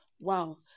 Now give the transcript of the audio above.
wow